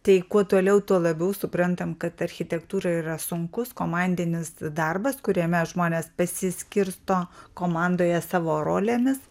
tai kuo toliau tuo labiau suprantam kad architektūra yra sunkus komandinis darbas kuriame žmonės pasiskirsto komandoje savo rolėmis